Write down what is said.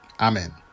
amen